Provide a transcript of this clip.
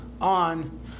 on